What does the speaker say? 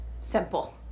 simple